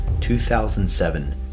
2007